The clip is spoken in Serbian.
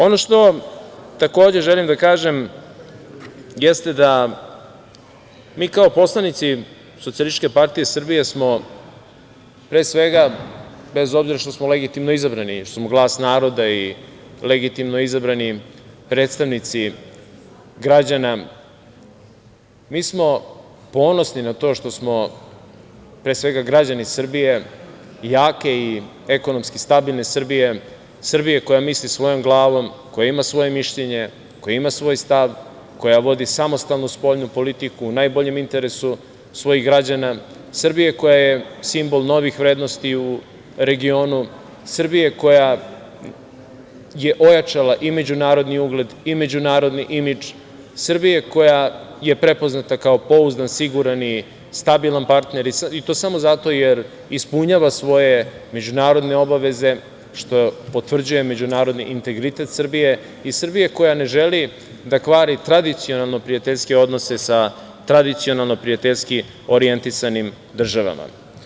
Ono što, takođe, želim da kažem jeste da smo mi kao poslanici Socijalističke partije Srbije smo, pre svega, bez obzira što smo legitimno izabrani, što smo glas naroda i legitimno izabrani predstavnici građana, ponosni na to što smo, pre svega, građani Srbije, jake i ekonomski stabilne Srbije, Srbije koja misli svojom glavom, koja ima svoje mišljenje, koja ima svoj stav, koja vodi samostalno spoljnu politiku, u najboljem interesu svojih građana, Srbije koja je simbol novih vrednosti u regionu, Srbije koja je ojačala i međunarodni ugled i međunarodni imidž, Srbije koja je prepoznata kao pouzdan, siguran i stabilan partner i to samo zato jer ispunjava svoje međunarodne obaveze, što potvrđuje međunarodni integritet Srbije i Srbije koja ne želi da kvari tradicionalno prijateljske odnose sa tradicionalno prijateljski orjentisanim državama.